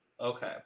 okay